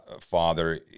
father